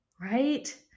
right